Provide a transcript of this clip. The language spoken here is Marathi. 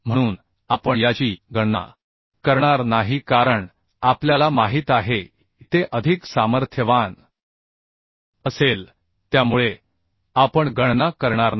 म्हणून आपण याची गणना करणार नाही कारण आपल्याला माहित आहे की ते अधिक सामर्थ्यवान असेल त्यामुळे आपण गणना करणार नाही